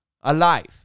alive